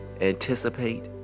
anticipate